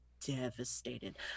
Devastated